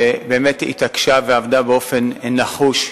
שהתעקשה ועבדה באופן נחוש,